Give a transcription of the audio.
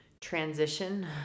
transition